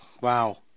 wow